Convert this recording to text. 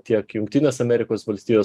tiek jungtinės amerikos valstijos